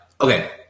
Okay